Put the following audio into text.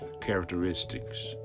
characteristics